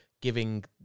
giving